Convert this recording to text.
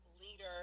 leader